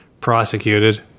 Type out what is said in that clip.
prosecuted